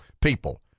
people